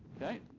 okay.